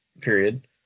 period